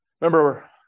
Remember